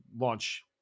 launch